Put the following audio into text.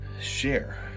share